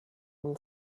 will